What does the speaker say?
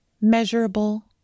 measurable